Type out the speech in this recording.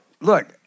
Look